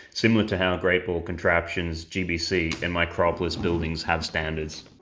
similar to how great ball contraptions, gbc and micropolis building have standards.